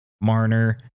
Marner